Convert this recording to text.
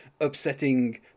upsetting